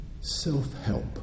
self-help